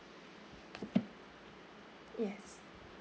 yes